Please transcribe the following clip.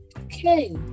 okay